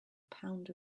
pound